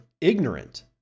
ignorant